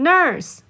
Nurse